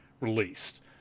released